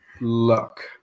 luck